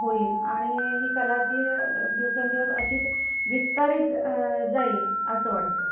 होईल आणि ही कला जी दिवसेंदिवस अशीच विस्तारीत जाईल असं वाटतं